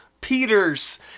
Peters